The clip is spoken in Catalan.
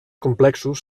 complexos